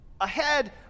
ahead